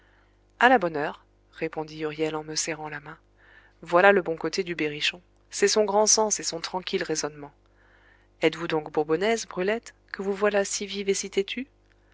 à la bonne heure répondit huriel en me serrant la main voilà le bon côté du berrichon c'est son grand sens et son tranquille raisonnement êtes-vous donc bourbonnaise brulette que vous voilà si vive et